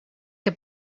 què